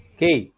Okay